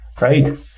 Right